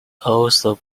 also